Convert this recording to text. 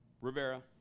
Rivera